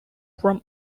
from